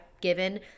given